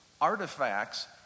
artifacts